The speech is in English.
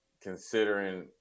considering